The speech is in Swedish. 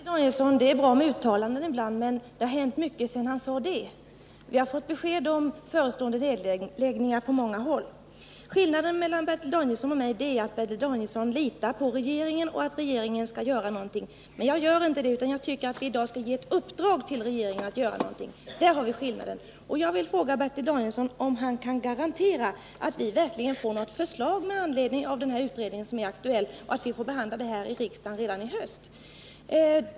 Fru talman! Det är bra med uttalanden ibland. Men, Bertil Danielsson, det har hänt mycket sedan industriministern gjorde det här uttalandet. Vi har fått besked om förestående nedläggningar på många håll. Skillnaden mellan Bertil Danielssons och mitt synsätt i den här frågan är att Bertil Danielsson litar på att regeringen skall göra någonting, medan jag inte gör det. Jag tycker i stället att vi i dag skall ge regeringen i uppdrag att göra någonting. Däri ligger skillnaden. Jag vill fråga Bertil Danielsson om han kan garantera att vi verkligen får något förslag med anledning av den aktuella utredningen och att vi får tillfälle att behandla frågan i riksdagen redan till hösten.